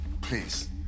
please